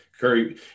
Curry